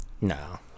No